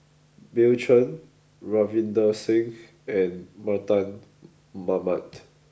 Bill Chen Ravinder Singh and Mardan Mamat